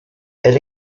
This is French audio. elle